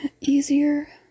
easier